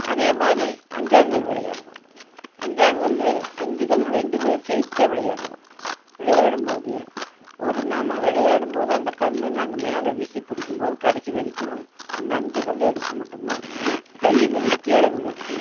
அதே மாதிரி அஞ்சாங்கல் விளையாடுவோம் அஞ்சாங்கல் அஞ்சு கல் ரெண்டு பேர் சேர்த்து விளையாடுவோம் விளையாடும்போது ஒரு நாம் விளையாடும்போது அந்த கல் நாங்கள் மேலே வீசி பிடிக்கும்போது கடைசி வரைக்கும் அந்த அஞ்சு கல் எடுக்கமுட்டும கையிலேருந்து கீழே விழுகக்கூடாது